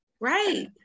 right